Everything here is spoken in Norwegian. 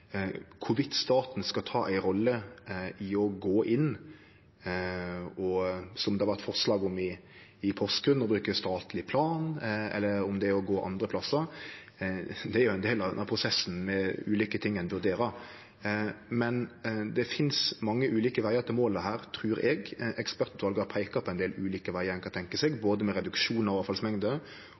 å bruke statleg plan, slik det har vore forslag om i Porsgrunn, eller gå andre plassar, er det ein del av denne prosessen med ulike ting ein vurderer. Men det finst mange ulike vegar til målet her, trur eg. Ekspertutvalet har peika på ein del ulike vegar ein kan tenkje seg, både kva gjeld reduksjon av avfallsmengder